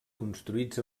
construïts